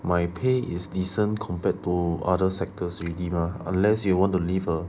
my pay is decent compared to other sectors already mah unless you want to live a